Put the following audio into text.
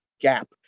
gap